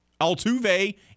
Altuve